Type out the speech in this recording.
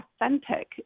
authentic